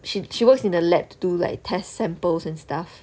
she she works in the lab to do like test samples and stuff